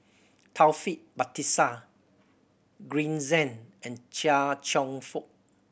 Taufik Batisah Green Zeng and Chia Cheong Fook